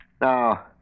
Now